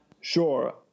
Sure